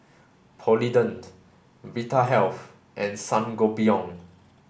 Polident Vitahealth and Sangobion